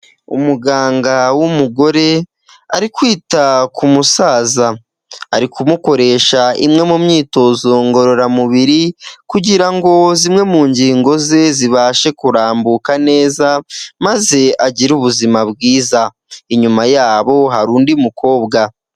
Umuganga w'umugore arikwita ku musaza ari kumukoresha imwe mu myitozo ngororamubiri kugira ngo zimwe mu ngingo ze zibashe kurambuka neza maze agire ubuzima bwiza, inyuma yabo hari undi mukobwa.